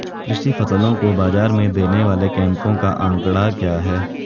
कृषि फसलों को बाज़ार में देने वाले कैंपों का आंकड़ा क्या है?